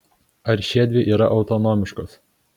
ar šiedvi yra autonomiškos